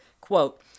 quote